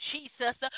Jesus